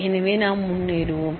எனவே நாம் முன்னேறுவோம்